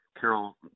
Carol